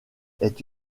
est